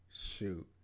shoot